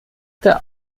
der